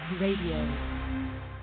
Radio